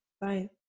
Bye